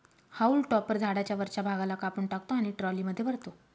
haulm topper झाडाच्या वरच्या भागाला कापून टाकतो आणि ट्रॉलीमध्ये भरतो